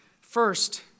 First